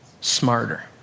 smarter